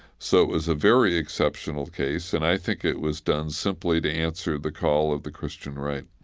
so it was a very exceptional case, and i think it was done simply to answer the call of the christian right